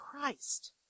Christ